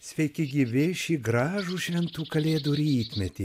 sveiki gyvi šį gražų šventų kalėdų rytmetį